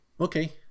okay